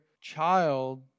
child